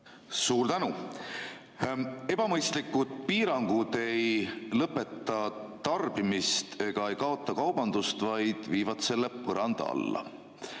Suur tänu! Ebamõistlikud piirangud ei lõpeta tarbimist ega kaota kaubandust, vaid viivad selle põranda alla.